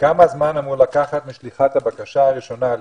כמה זמן אמור לקחת משליחת הבקשה הראשונה על